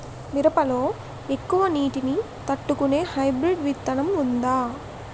మిరప లో ఎక్కువ నీటి ని తట్టుకునే హైబ్రిడ్ విత్తనం వుందా?